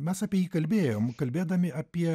mes apie jį kalbėjom kalbėdami apie